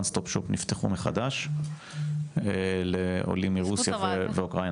STOP SHOP נפתחו מחדש לעולים מרוסיה ואוקראינה